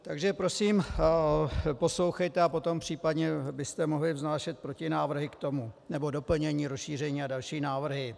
Takže prosím poslouchejte a potom případně byste mohli vznášet protinávrhy nebo doplnění, rozšíření a další návrhy.